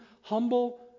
humble